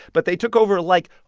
but they took over, like,